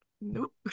Nope